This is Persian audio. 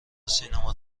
سینما